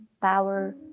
power